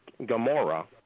Gamora